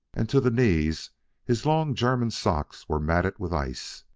and to the knees his long german socks were matted with ice.